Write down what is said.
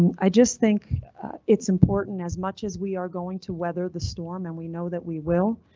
i just think it's important as much as we are going to weather the storm and we know that we will.